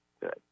good